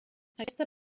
aquesta